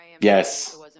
Yes